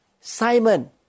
Simon